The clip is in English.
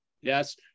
Yes